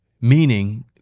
meaning